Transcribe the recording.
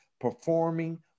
performing